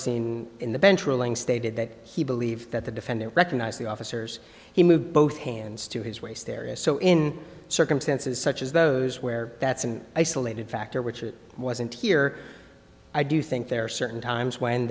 seen in the bench ruling stated that he believed that the defendant recognized the officers he moved both hands to his waist area so in circumstances such as those where that's an isolated factor which it wasn't here i do think there are certain times when